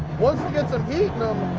once you get some heat in them,